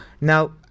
Now